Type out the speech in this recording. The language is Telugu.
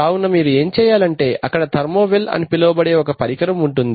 కావున మీరు ఏం చేయాలంటే అక్కడ ధర్మోవెల్ అని పిలువబడే ఒక పరికరం ఉంటుంది